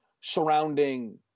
surrounding